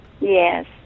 Yes